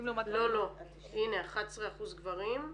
11% גברים,